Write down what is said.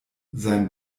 sein